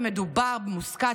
ומדובר במוסקט,